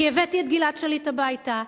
כי הבאתי את גלעד שליט הביתה.